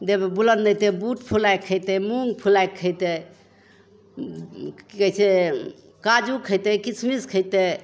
देहमे बुलन्द अइतय बूट फुलाइके खइतय मूँग फुलायके खयतय कि कहय छै काजू खइतय किशमिश खइतय